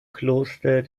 kloster